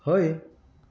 हय